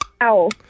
Owl